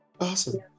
Awesome